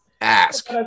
ask